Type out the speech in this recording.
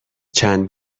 چند